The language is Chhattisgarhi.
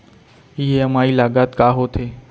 ई.एम.आई लागत का होथे?